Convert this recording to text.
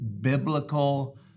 biblical